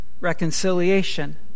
reconciliation